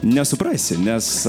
nesuprasi nes